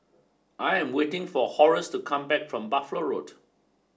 I am waiting for Horace to come back from Buffalo Road